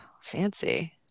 fancy